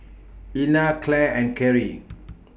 Ina Clare and Carie